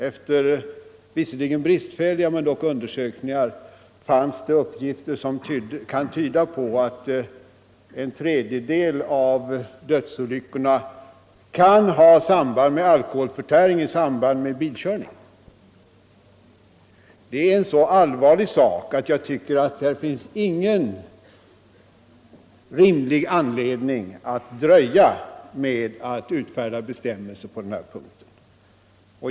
I en undersökning som visserligen var bristfällig fanns det uppgifter som tyder på att en tredjedel av dödsolyckorna kan ha samband med alkoholförtäring i samband med bilkörning. Det är en så allvarlig sak att jag inte finner någon rimlig anledning att dröja med att införa bestämmelser på denna punkt.